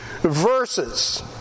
verses